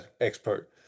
expert